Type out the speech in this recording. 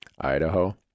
Idaho